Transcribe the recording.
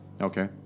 Okay